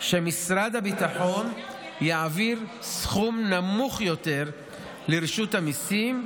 שמשרד הביטחון יעביר סכום נמוך יותר לרשות המיסים,